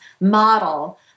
model